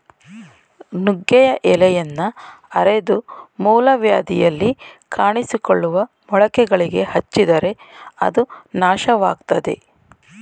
ನುಗ್ಗೆಯ ಎಲೆಯನ್ನ ಅರೆದು ಮೂಲವ್ಯಾಧಿಯಲ್ಲಿ ಕಾಣಿಸಿಕೊಳ್ಳುವ ಮೊಳಕೆಗಳಿಗೆ ಹಚ್ಚಿದರೆ ಅದು ನಾಶವಾಗ್ತದೆ